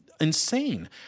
insane